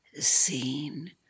seen